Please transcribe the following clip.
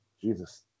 Jesus